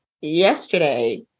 yesterday